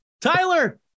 tyler